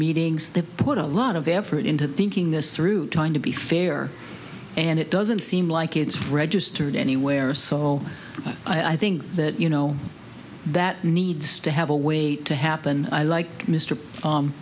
meetings they've put a lot of effort into thinking this through trying to be fair and it doesn't seem like it's registered anywhere so i think that you know that needs to have a way to happen i like mister